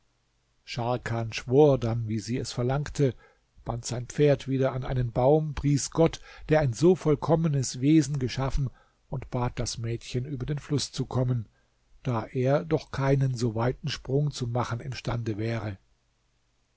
scharkan schwor dann wie sie es verlangte band sein pferd wieder an einen baum pries gott der ein so vollkommenes wesen geschaffen und bat das mädchen über den fluß zu kommen da er doch keinen so weiten sprung zu machen imstande wäre